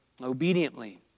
obediently